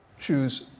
choose